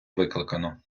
викликано